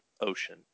ocean